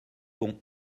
bon